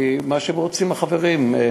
מה שהם רוצים, החברים.